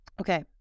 Okay